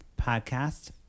podcast